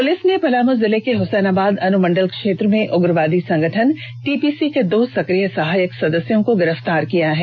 police ने पलामू जिले के हुसैनाबाद अनुमंडल क्षेत्र में उग्रवादी संगठन टीपीसी के दो सक्रिय सहायक सदस्यों को गिरफ्तार किया है